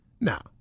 now